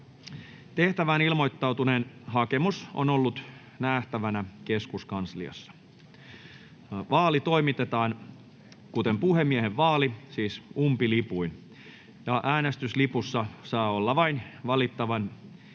Tehtävään ilmoittautuneen hakemus on ollut nähtävänä keskuskansliassa. Vaali toimitetaan kuten puhemiehen vaali, siis umpilipuin. Äänestyslipussa saa olla vain valittavan nimi